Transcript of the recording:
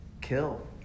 kill